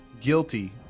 guilty